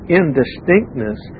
indistinctness